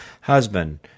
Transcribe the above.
husband